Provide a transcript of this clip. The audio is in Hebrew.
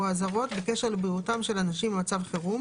או אזהרות בקשר לבריאותם של אנשים במצב חירום